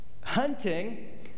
hunting